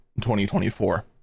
2024